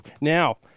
Now